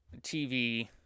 TV